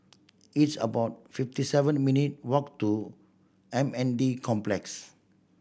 it's about fifty seven minute walk to M N D Complex